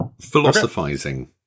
philosophizing